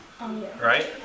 right